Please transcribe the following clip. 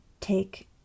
take